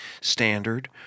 standard